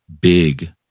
big